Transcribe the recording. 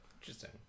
interesting